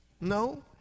No